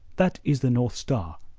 that is the north star,